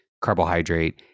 carbohydrate